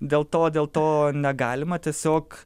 dėl to dėl to negalima tiesiog